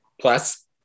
plus